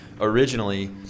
originally